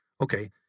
Okay